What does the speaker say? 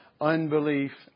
unbelief